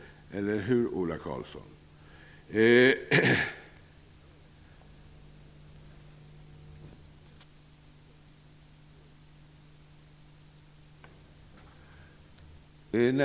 Eller hur, Ola Karlsson?